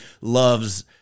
loves